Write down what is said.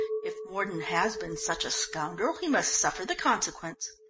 if mordon has been such a scoundrel, he must suffer the consequence.